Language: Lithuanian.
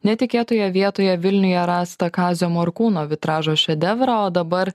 netikėtoje vietoje vilniuje rastą kazio morkūno vitražo šedevrąo dabar